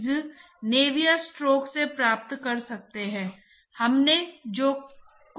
तो अब वह लक्षणात्मक संख्या क्या है जो आपको बताती है कि यह लामिना या टर्बूलेंट हैं